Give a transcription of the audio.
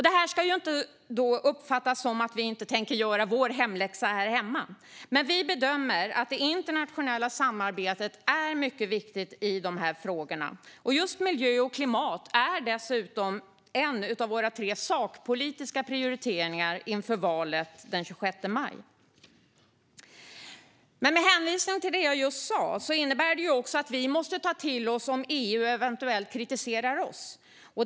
Detta ska inte uppfattas som att vi inte tänker göra vår hemläxa, men vi bedömer att det internationella samarbetet är mycket viktigt i dessa frågor. Just miljö och klimat är dessutom en av våra tre sakpolitiska prioriteringar inför valet den 26 maj. Med hänvisning till det jag just sa måste vi också ta till oss eventuell kritik från EU.